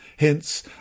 Hence